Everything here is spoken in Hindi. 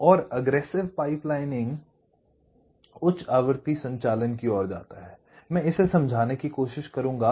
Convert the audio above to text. और आक्रामक पाइपलाइनिंग उच्च आवृत्ति संचालन की ओर जाता है मैं इसे समझाने की कोशिश करूंगा